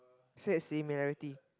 say similarity